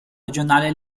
regionale